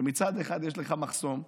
שמצד אחד יש לך מחסום שבודק,